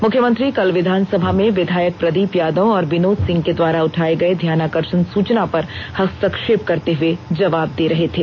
मुख्यमंत्री कल विधानसभा में विधायक प्रदीप यादव और विनोद सिंह के द्वारा उठाए गए ध्यानाकर्षण सूचना पर हस्तक्षेप करते हुए जवाब दे रहे थे